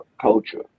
culture